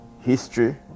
history